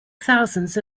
thousands